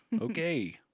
Okay